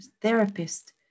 therapist